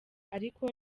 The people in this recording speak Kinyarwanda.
ariko